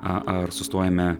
a ar sustojame